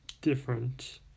Different